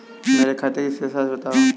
मेरे खाते की शेष राशि बताओ?